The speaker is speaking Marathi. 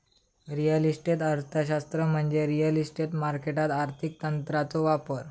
रिअल इस्टेट अर्थशास्त्र म्हणजे रिअल इस्टेट मार्केटात आर्थिक तंत्रांचो वापर